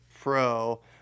pro